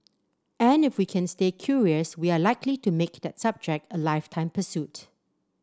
and if we can stay curious we are likely to make that subject a lifetime pursuit